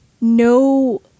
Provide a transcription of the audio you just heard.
no